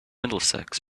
middlesex